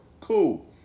Cool